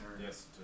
Yes